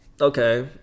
Okay